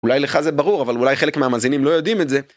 אולי לך זה ברור, אבל אולי חלק מהמאזינים לא יודעים את זה.